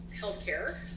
healthcare